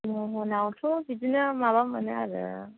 महनआवथ' बिदिनो माबा मोनो आरो